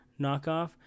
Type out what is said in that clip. knockoff